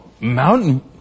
Mountain